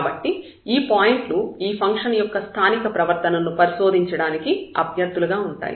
కాబట్టి ఈ పాయింట్లు ఈ ఫంక్షన్ యొక్క స్థానిక ప్రవర్తనను పరిశోధించడానికి అభ్యర్థులుగా ఉంటాయి